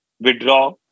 withdraw